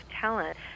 talent